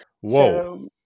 whoa